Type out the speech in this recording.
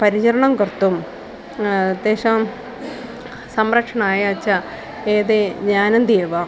परिचरणं कर्तुं तेषां संरक्षणाय च एते जानन्ति एव